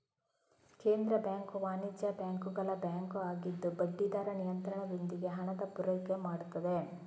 ಕೇಂದ್ರ ಬ್ಯಾಂಕು ವಾಣಿಜ್ಯ ಬ್ಯಾಂಕುಗಳ ಬ್ಯಾಂಕು ಆಗಿದ್ದು ಬಡ್ಡಿ ದರ ನಿಯಂತ್ರಣದೊಂದಿಗೆ ಹಣದ ಪೂರೈಕೆ ಮಾಡ್ತದೆ